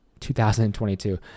2022